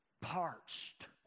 parched